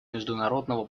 международного